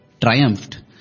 triumphed